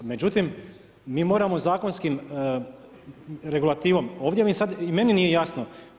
Međutim, mi moramo zakonskim regulativom, ovdje sad ni meni nije jasno.